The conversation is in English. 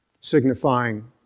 signifying